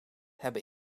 hebben